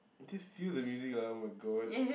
just feel the music lah oh-my-god